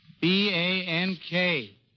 B-A-N-K